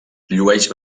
llueix